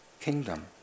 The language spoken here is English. kingdom